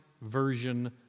version